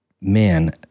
man